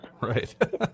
right